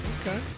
Okay